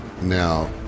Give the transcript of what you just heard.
now